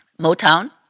Motown